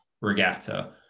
regatta